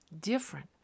different